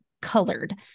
colored